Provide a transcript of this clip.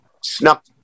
snuck